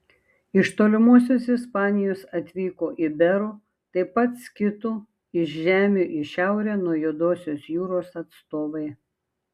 iš tolimosios ispanijos atvyko iberų taip pat skitų iš žemių į šiaurę nuo juodosios jūros atstovai